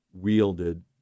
wielded